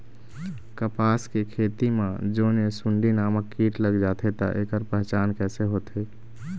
कपास के खेती मा जोन ये सुंडी नामक कीट लग जाथे ता ऐकर पहचान कैसे होथे?